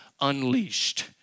Unleashed